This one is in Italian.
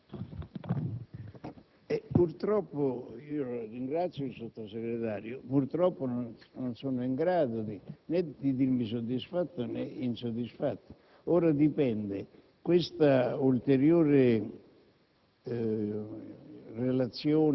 Presidente, ringrazio il Sottosegretario, ma purtroppo non sono in grado di dirmi né soddisfatto né insoddisfatto.